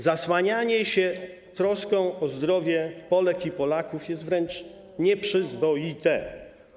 Zasłanianie się troską o zdrowie Polek i Polaków jest wręcz nieprzyzwoite.